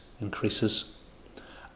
increases